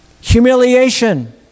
Humiliation